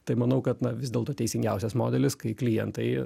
tai manau kad na vis dėlto teisingiausias modelis kai klientai